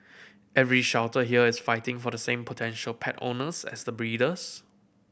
every shelter here is fighting for the same potential pet owners as the breeders